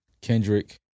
Kendrick